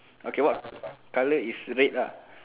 okay what colour is red lah